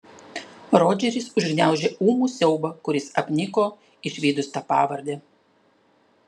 rodžeris užgniaužė ūmų siaubą kuris apniko išvydus tą pavardę